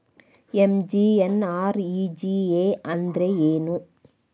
MGNREGA ಅಂದ್ರೆ ಏನು?